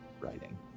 writing